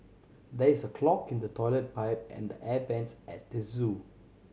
there is a clog in the toilet pipe and the air vents at the zoo